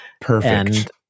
Perfect